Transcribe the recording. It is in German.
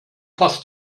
passt